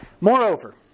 Moreover